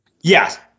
Yes